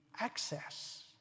access